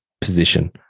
position